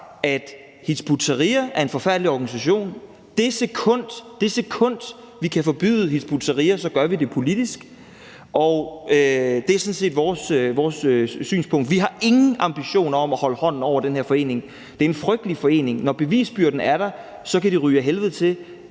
at Hizb ut-Tahrir er en forfærdelig organisation, og det sekund, vi kan forbyde Hizb ut-Tahrir, gør vi det politisk. Det er sådan set vores synspunkt. Vi har ingen ambitioner om at holde hånden over den her forening. Det er en frygtelig forening. Når bevisbyrden er der, kan de ryge ad helvede til